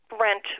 rent